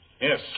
Yes